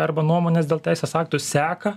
arba nuomones dėl teisės aktų seka